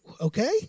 okay